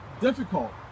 difficult